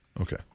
Okay